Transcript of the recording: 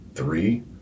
Three